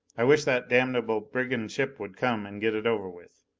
i wish that damnable brigand ship would come and get it over with.